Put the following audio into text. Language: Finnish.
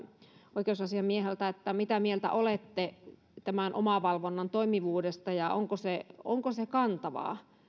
oikeusasiamieheltä mitä mieltä olette omavalvonnan toimivuudesta ja onko se kantavaa